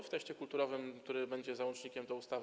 W teście kulturowym, który będzie załącznikiem do ustawy.